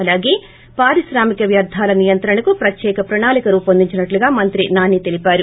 అలాగే పారిశ్రామిక వ్యర్థాల నియంత్రణకు ప్రత్యేక ప్రణాళిక రూపొందించినట్లు మంత్రి నాని తెలిపారు